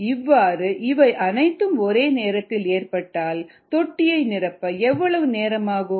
இவ்வாறு இவை அனைத்தும் ஒரே நேரத்தில் ஏற்பட்டால் தொட்டியை நிரப்ப எவ்வளவு நேரம் ஆகும்